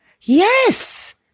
Yes